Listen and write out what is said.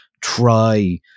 try